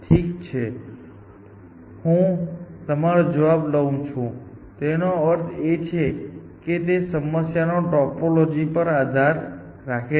ઠીક છે હું તમારો જવાબ લઉં છું તેનો અર્થ એ છે કે તે સમસ્યાના ટોપોલોજી પર આધાર રાખે છે